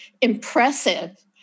impressive